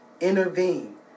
Intervene